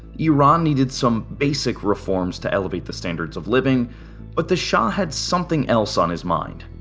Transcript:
iran needed some basic reforms to elevate the standards of living but the shah has something else on his mind.